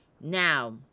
Now